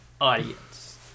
audience